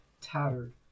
tattered